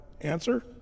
Answer